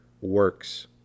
works